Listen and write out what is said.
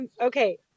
okay